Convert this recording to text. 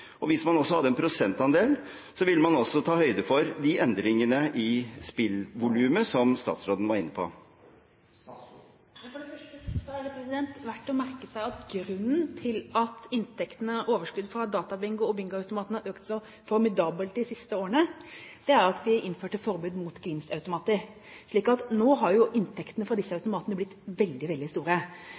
nå. Hvis man hadde en prosentandel, ville man ta høyde for de endringene i spillvolumet som statsråden var inne på. Det er verdt å merke seg at grunnen til at inntektene og overskuddet fra databingo og bingoautomatene har økt så formidabelt de siste årene, er at vi innførte forbud mot gevinstautomater. Nå har jo inntektene fra disse automatene blitt veldig, veldig store.